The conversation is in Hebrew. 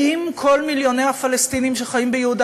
האם כל מיליוני הפלסטינים שחיים ביהודה